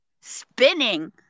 Spinning